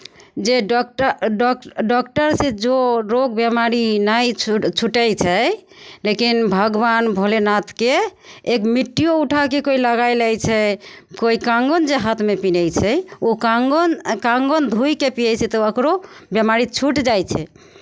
जे doctor doc डॉक्टरसँ जो रोग बिमारी नहि छु छूटै छै लेकिन भगवान भोलेनाथके एक मिट्टियो उठाय कऽ कोइ लगाय लै छै कोइ कङ्गन जे हाथमे पिन्है छै ओ कङ्गन कङ्गन धोए कऽ पिन्है छै तऽ ओकरो बिमारी छूटि जाइ छै